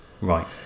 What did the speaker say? Right